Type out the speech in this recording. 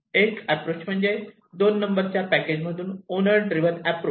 एक ऍप्रोच म्हणजे 2 नंबरच्या पॅकेज मधून ओनर ड्रिवन अॅप्रोच